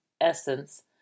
essence